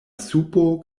supo